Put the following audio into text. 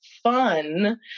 fun